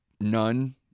none